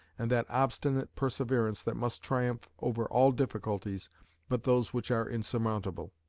and that obstinate perseverance that must triumph over all difficulties but those which are insurmountable.